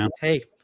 Hey